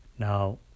Now